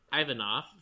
Ivanov